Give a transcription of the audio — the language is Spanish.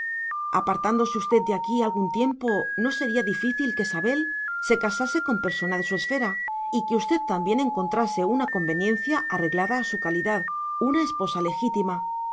usted de aquí algún tiempo no sería difícil que sabel se casase con persona de su esfera y que usted también encontrase una conveniencia arreglada a su calidad una esposa legítima